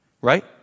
Right